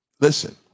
Listen